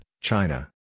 China